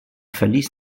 verließ